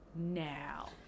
now